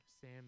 Sam